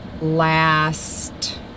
last